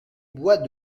bois